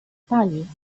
pani